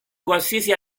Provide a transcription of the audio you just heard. qualsiasi